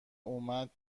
اومد